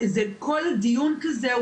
כל דיון כזה,